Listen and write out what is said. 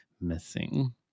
missing